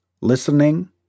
listening